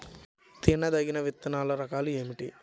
తినదగిన విత్తనాల రకాలు ఏమిటి?